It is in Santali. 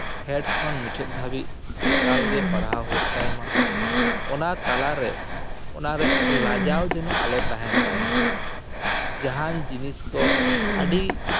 ᱯᱷᱮᱰ ᱠᱷᱚᱱ ᱢᱩᱪᱟᱹᱫ ᱫᱷᱟᱹᱵᱤᱡ ᱮᱠᱟᱞᱜᱮ ᱯᱟᱲᱦᱟᱣ ᱦᱩᱭᱩᱜ ᱛᱟᱭᱢᱟ ᱚᱱᱟ ᱛᱟᱞᱟᱨᱮ ᱚᱱᱟᱨᱮ ᱞᱟᱡᱟᱣ ᱡᱮᱱᱚ ᱟᱞᱚ ᱛᱟᱦᱮᱱ ᱛᱟᱭᱢᱟ ᱡᱟᱦᱟᱱ ᱡᱤᱱᱤᱥ ᱠᱚ ᱟᱹᱰᱤ